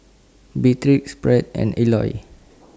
Beatriz Pratt and Eloy